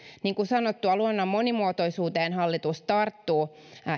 niin kuin sanottua luonnon monimuotoisuuteen hallitus tarttuu